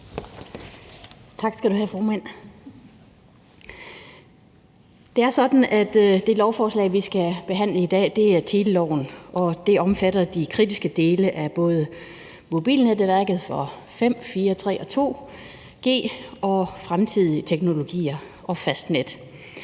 Det er sådan, at det lovforslag, vi skal behandle i dag, er teleloven. Det omfatter de kritiske dele af både mobilnetværket for 5G, 4G, 3G og 2G og fremtidige teknologier og fastnet.